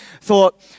thought